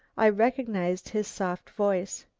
i recognised his soft voice.